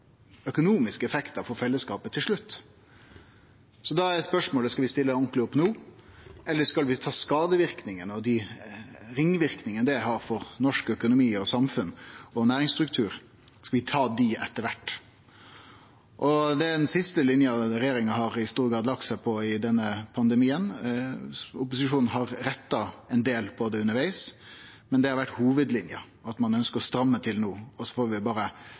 økonomiske effektar for fellesskapet til slutt. Da er spørsmålet: Skal vi stille ordentleg opp no, eller skal vi ta skadeverknadene og dei ringverknadene det har for norsk økonomi, samfunn og næringsstruktur, etter kvart? Det er den siste linja regjeringa i stor grad har lagt seg på i denne pandemien. Opposisjonen har retta ein del på det undervegs, men det har vore hovudlinja, at ein ønskjer å stramme til no, så får vi berre